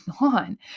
on